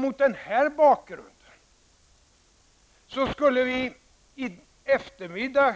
Mot denna bakgrund kunde vi i eftermiddag